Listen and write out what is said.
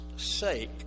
sake